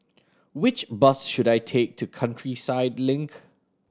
which bus should I take to Countryside Link